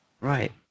Right